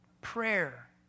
Prayer